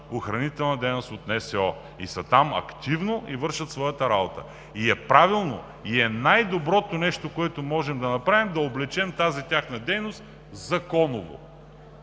охранителна дейност от НСО, и активно вършат своята работа. Правилното и най-доброто нещо, което можем да направим, е да облечем тази тяхна дейност законово.